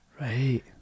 Right